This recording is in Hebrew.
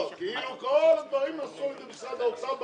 כאילו כל הדברים במדינה נעשו על ידי משרד האוצר.